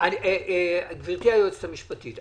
גברתי היועצת המשפטית,